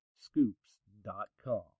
Scoops.com